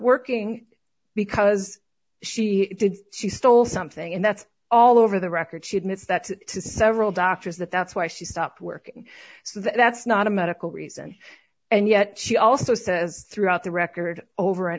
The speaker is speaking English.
working because she did she stole something and that's all over the record she admits that to several doctors that that's why she stopped work so that's not a medical reason and yet she also says throughout the record over and